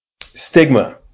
stigma